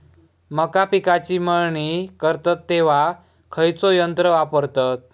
मका पिकाची मळणी करतत तेव्हा खैयचो यंत्र वापरतत?